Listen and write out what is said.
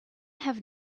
have